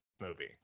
movie